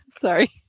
Sorry